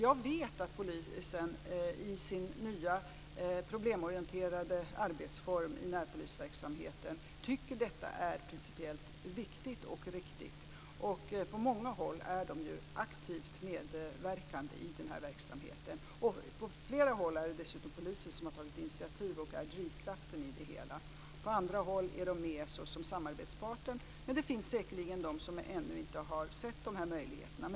Jag vet att polisen i sin nya problemorienterade arbetsform i närpolisverksamheten tycker att detta är principiellt viktigt och riktigt. På många håll är polisen aktivt medverkande i den här verksamheten. På flera håll är det dessutom polisen som har tagit initiativ och är drivkraften i det hela, och på andra håll är man med som samarbetspartner. Men det finns säkerligen de som ännu inte har sett dessa möjligheter.